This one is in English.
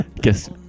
guess